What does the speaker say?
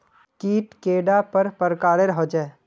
कीट कैडा पर प्रकारेर होचे?